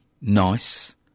nice